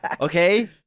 Okay